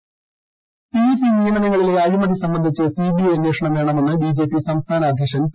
P S C P S C നിയമനങ്ങളിലെ അഴിമതി സംബന്ധിച്ച് സിബിഐ അന്വേഷണം വേണമെന്ന് ബി ജെ പി സംസഥാന അധ്യക്ഷൻ പി